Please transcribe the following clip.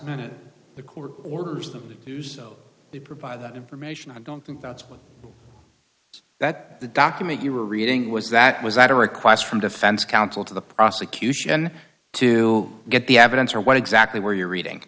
minute the court orders them to do so they provide that information i don't think that's what that the document you were reading was that was that a request from defense counsel to the prosecution to get the evidence or what exactly were you reading